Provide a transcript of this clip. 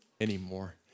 anymore